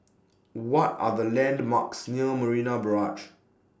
What Are The landmarks near Marina Barrage